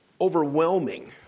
overwhelming